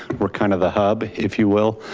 we're kind of a hub, if you will.